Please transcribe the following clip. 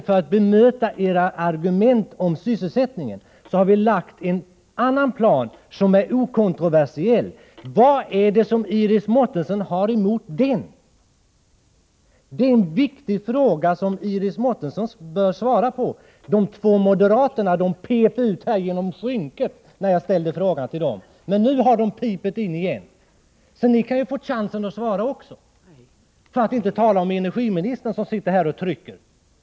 För att bemöta era argument om sysselsättningen har vi lagt fram en annan plan, som är okontroversiell. Vad är det som Iris Mårtensson har emot den? Det är en viktig fråga, som Iris Mårtensson bör svara på. De två moderaterna från Gävleborg smet ut genom kammarens draperi när jag ställde frågan till dem, men nu har de kommit in igen. Också de kan ju få chansen att svara. För att inte tala om energiministern, som sitter här och trycker!